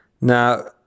Now